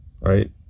right